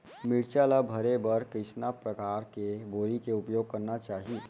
मिरचा ला भरे बर कइसना परकार के बोरी के उपयोग करना चाही?